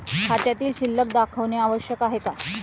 खात्यातील शिल्लक दाखवणे आवश्यक आहे का?